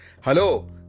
Hello